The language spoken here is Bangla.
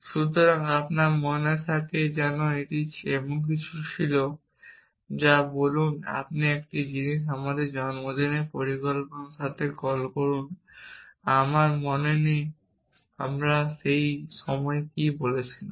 সুতরাং যদি আপনার মনে থাকে যে এটি এমন কিছু ছিল যা বলুন একটি বলুন আমাদের জন্মদিনের পরিকল্পনার সাথে কল করুন আমার মনে নেই আমরা সেই সময় কী বলেছিলাম